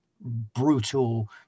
brutal